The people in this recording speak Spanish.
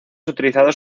utilizados